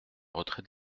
retrait